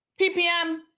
PPM